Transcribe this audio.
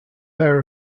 pair